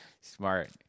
Smart